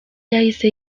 yahise